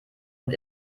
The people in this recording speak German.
und